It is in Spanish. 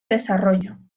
desarrollo